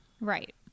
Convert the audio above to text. Right